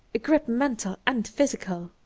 a grip mental and physical.